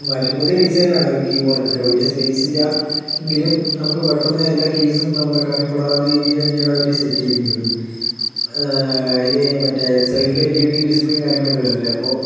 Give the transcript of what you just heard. മറ്റേ പുതിയ ഡിസൈനാണ് കീബോഡിനൊക്കെ വലിയ സ്പെയ്സില്ല എങ്കിലും പെട്ടന്ന് നമ്മക്ക് പെട്ടെന്ന് എല്ലാ കീയ്സും നമ്മളെ കണ്ണിൽപ്പെടാവുന്ന രീതിയിൽ തന്നെയാണ് അവര് സെറ്റെയ്തിരിക്കുന്നത് അയില് മറ്റേ സെയ്ഡില് എൽ ഈഡിം ഡിസ്പ്ലേം കാര്യങ്ങളൊക്കെ വരുന്നുണ്ട് അപ്പോ